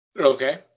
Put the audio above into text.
Okay